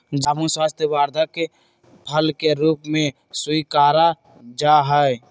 जामुन स्वास्थ्यवर्धक फल के रूप में स्वीकारा जाहई